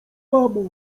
mamo